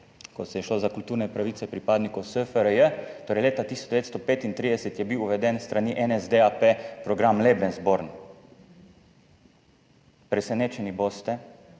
ko je šlo za kulturne pravice pripadnikov SFRJ, torej leta 1935 je bil s strani NSDAP uveden program Lebensborn. Presenečeni boste,